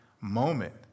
moment